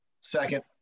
Second